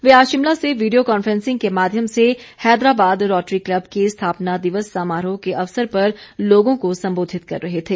वे आज शिमला से video conferencing के माध्यम से हैदराबाद रोटरी क्लब के स्थापना दिवस समारो के अवसर पर लोगों को सम्बोधित कर रहे थे